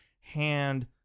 hand